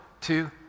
two